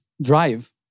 drive